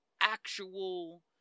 actual